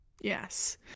Yes